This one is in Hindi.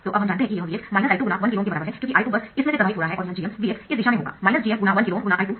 तो अब हम जानते है कि यह Vx I2×1KΩ के बराबर है क्योंकि I2 बस इसमें से प्रवाहित हो रहा है और यह Gm Vx इस दिशा में होगा Gm×1 KΩ ×I2